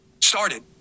started